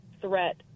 threat